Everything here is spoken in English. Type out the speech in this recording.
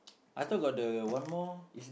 I thought got the one more